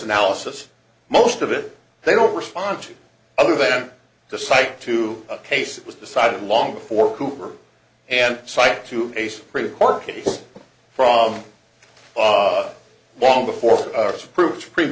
analysis most of it they don't respond to other than to cite to a case it was decided long before hoover and cite to a supreme court case from long before this approved supreme